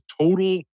total